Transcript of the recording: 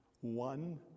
one